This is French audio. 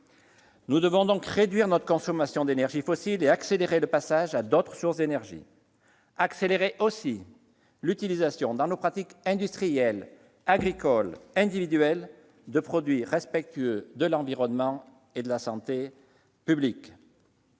Nous devons donc réduire notre consommation d'énergies fossiles et accélérer le passage à d'autres sources d'énergie, accélérer aussi l'utilisation dans nos pratiques industrielles, agricoles et individuelles de produits respectueux de l'environnement et de la santé publique.